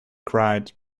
cried